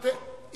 אבל עכשיו לא.